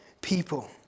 people